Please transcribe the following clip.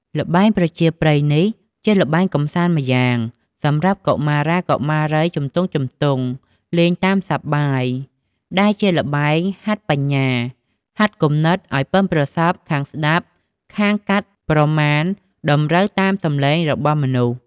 ល្បែងប្រជាប្រិយនេះ ជាល្បែងកម្សាន្តម្យ៉ាង សម្រាប់កុមារាកុមារីជំទង់ៗ លេងតាមសប្បាយ ដែលជាល្បែងហាត់បញ្ញា ហាត់គំនិតឱ្យប៉ិនប្រសប់ខាងស្តាប់ ខាងកាត់ប្រមាណតម្រូវតាមសំឡេងរបស់មនុស្ស។